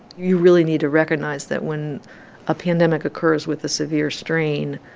you really need to recognize that when a pandemic occurs with a severe strain,